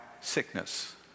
sickness